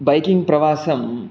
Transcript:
biking प्रवासं